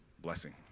blessing